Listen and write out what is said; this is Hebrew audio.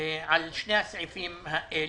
על שני הסעיפים האלה.